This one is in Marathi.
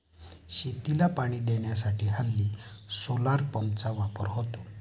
शेतीला पाणी देण्यासाठी हल्ली सोलार पंपचा वापर होतो